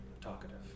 talkative